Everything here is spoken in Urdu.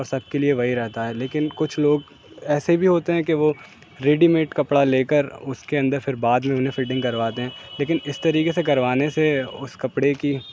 اور سب کے لیے وہی رہتا ہے لیکن کچھ لوگ ایسے بھی ہوتے ہیں کہ وہ ریڈی میڈ کپڑا لے کر اس کے اندر پھر بعد میں انہیں فٹنگ کرواتے ہیں لیکن اس طریقے سے کروانے سے اس کپڑے کی